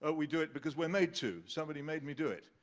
ah we do it because we're made to somebody made me do it.